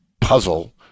puzzle